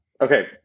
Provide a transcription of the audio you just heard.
Okay